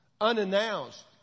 unannounced